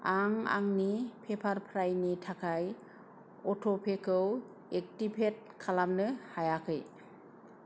आं आंनि पेपारप्राइनि थाखाय अट'पेखौ एक्टिभेट खालामनो हायाखै